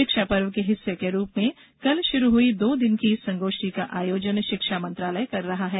शिक्षा पर्व के हिस्से के रूप में कल शुरू हई दो दिन की इस संगोष्ठी का आयोजन शिक्षा मंत्रालय कर रहा है